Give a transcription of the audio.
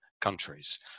countries